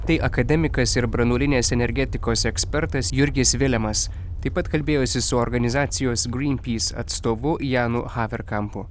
tai akademikas ir branduolinės energetikos ekspertas jurgis vilemas taip pat kalbėjausi su organizacijos greenpeace atstovu janu haverkampu